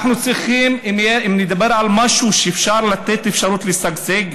אם נדבר על משהו שבו אפשר לתת אפשרות לשגשג,